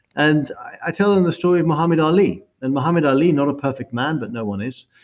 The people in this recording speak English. and i tell them the story of muhammad ali. and muhammad ali, not a perfect man, but no one is,